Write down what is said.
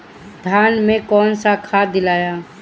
धान मे कौन सा खाद दियाला?